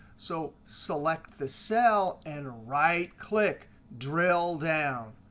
so select the cell and right click, drill down.